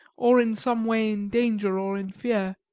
or in some way in danger or in fear.